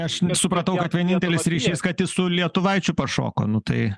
aš supratau kad vienintelis ryšys kad su lietuvaičiu pašoko nu tai